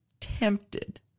tempted